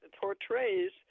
portrays